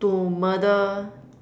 to murder